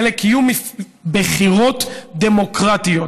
וזה קיום בחירות דמוקרטיות.